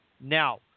Now